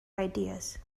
ideas